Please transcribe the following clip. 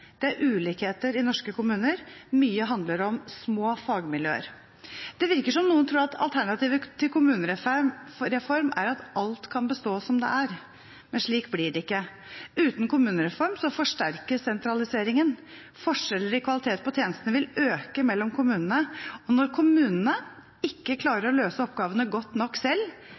Det er ulikheter mellom norske kommuner. Mye handler om små fagmiljøer. Det virker som om noen tror at alternativet til kommunereform er at alt kan bestå som det er, men slik blir det ikke. Uten kommunereform forsterkes sentraliseringen. Forskjeller i kvalitet på tjenestene vil øke mellom kommunene, og når kommunene ikke klarer å løse oppgavene godt nok selv,